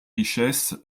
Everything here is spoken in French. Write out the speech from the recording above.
richesses